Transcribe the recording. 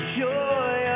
joy